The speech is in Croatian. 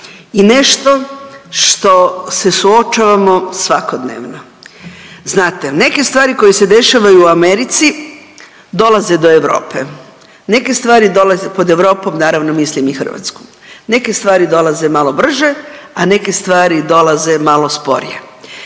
i nešto što se suočavamo svakodnevno. Znate, neke stvari koje se dešavaju u Americi dolaze do Europe, neke stvari dolaze, pod Europom naravno mislim i Hrvatsku, neke stvari dolaze malo brže, a neke stvari dolaze malo sporije.